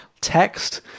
text